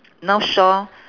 north shore